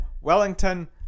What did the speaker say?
Wellington